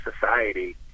society